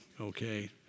okay